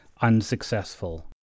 unsuccessful